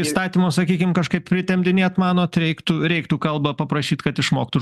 įstatymą sakykim kažkaip pritemdinėt manot reiktų reiktų kalbą paprašyt kad išmoktų